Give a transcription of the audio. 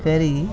करी